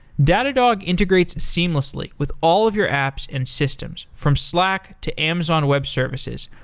datadog integrates seamlessly with all of your apps and systems from slack, to amazon web services,